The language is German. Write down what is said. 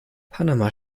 panama